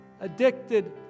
addicted